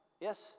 yes